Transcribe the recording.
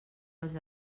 els